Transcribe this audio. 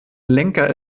lenker